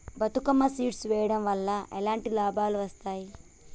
Bathukamma seed వెయ్యడం వల్ల ఎలాంటి లాభాలు వస్తాయి?